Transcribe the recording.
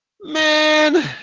man